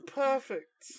perfect